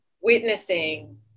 witnessing